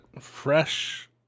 fresh